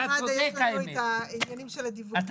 אתה צודק האמת, אתה צודק.